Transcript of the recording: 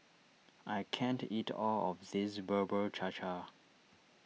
I can't eat all of this Bubur Cha Cha